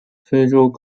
非洲